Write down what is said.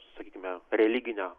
sakykime religinę